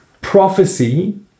prophecy